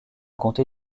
comté